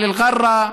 על אל-ע'רא,